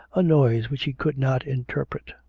a noise which he could not inter pret